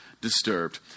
disturbed